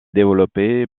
développée